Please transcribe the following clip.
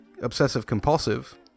obsessive-compulsive